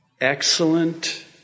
excellent